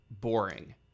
Boring